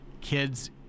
kids